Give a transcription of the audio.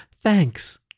Thanks